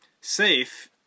safe